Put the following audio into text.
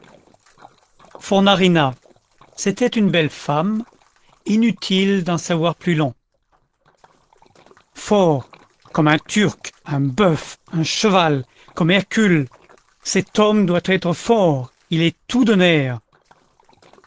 fornarina c'était une belle femme inutile d'en savoir plus long fort comme un turc un boeuf un cheval comme hercule cet homme doit être fort il est tout